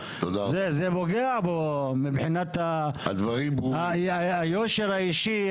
זה פוגע בו מבחינת היושר האישי,